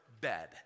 bed